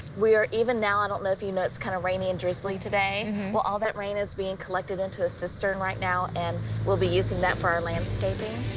we are even now, i don't know if you know, it's kind of rainy and drizzly today. well, all that rain is being collected into a cistern right now and we'll be using that for our landscaping.